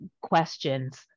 questions